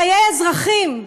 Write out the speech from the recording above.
חיי אזרחים,